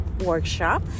workshop